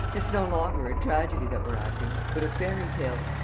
it's no longer a tragedy that we're acting, but a fairy-tale,